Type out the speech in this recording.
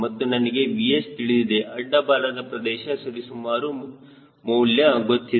ಮತ್ತು ನಿಮಗೆ VH ತಿಳಿದಿದೆ ಅಡ್ಡ ಬಾಲದ ಪ್ರದೇಶ ಸರಿಸುಮಾರು ಮೌಲ್ಯ ಗೊತ್ತಿದೆ